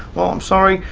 well, i'm sorry,